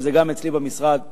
אבל זה גם אצלי במשרד ובלשכה,